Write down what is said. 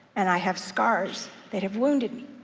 and i have scars that have wounded me,